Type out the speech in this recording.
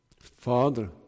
Father